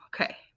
Okay